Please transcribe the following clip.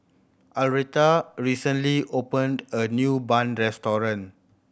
Arletta recently opened a new bun restaurant